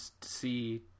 see